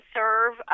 serve